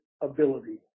ability